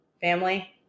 family